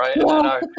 right